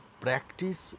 practice